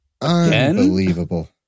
Unbelievable